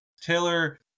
Taylor